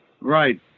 Right